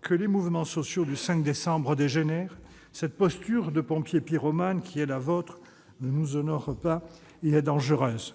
Que les mouvements sociaux du 5 décembre dégénèrent ? Cette posture de pompier pyromane qui est la vôtre ne vous honore pas et elle est dangereuse.